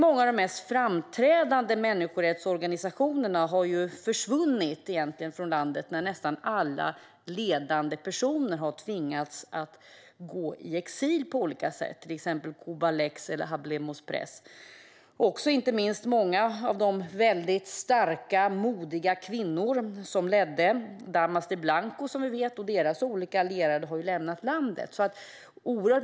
Många av de mest framträdande människorättsorganisationerna har försvunnit från landet när nästan alla ledande personer har tvingats gå i exil, till exempel Cubalex och Hablemos Press. Inte minst har många av de starka och modiga kvinnor som ledde Damas de Blanco och deras olika allierade lämnat landet.